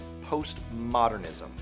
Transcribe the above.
postmodernism